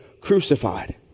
crucified